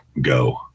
go